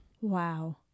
Wow